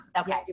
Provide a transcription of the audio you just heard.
Okay